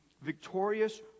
victorious